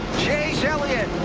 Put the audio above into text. chase elliott,